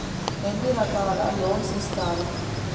ఎన్ని రకాల లోన్స్ ఇస్తరు?